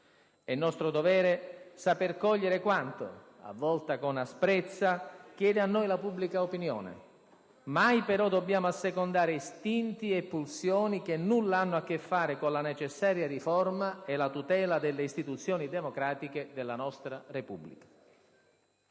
È nostro dovere saper cogliere quanto, a volte con asprezza, chiede a noi la pubblica opinione. Mai però dobbiamo assecondare istinti e pulsioni che nulla hanno a che fare con la necessaria riforma e la tutela delle istituzioni democratiche della nostra Repubblica.